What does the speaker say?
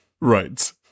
Right